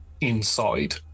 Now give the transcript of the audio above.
inside